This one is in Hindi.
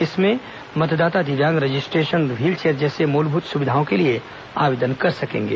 इसमें मतदाता दिव्यांग रजिस्ट्रेशन और व्हीलचेयर जैसे मूलभूत सुविधाओं के लिए आवेदन कर सकेंगे